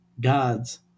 God's